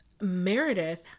Meredith